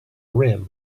rim